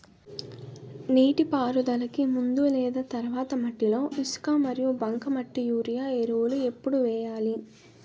నీటిపారుదలకి ముందు లేదా తర్వాత మట్టిలో ఇసుక మరియు బంకమట్టి యూరియా ఎరువులు ఎప్పుడు వేయాలి?